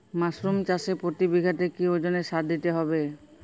Mushroom চাষে প্রতি বিঘাতে কি ওজনে সার দিতে হবে?